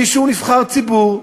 מי שהוא נבחר ציבור,